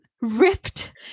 ripped